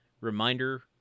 reminder